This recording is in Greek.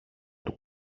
του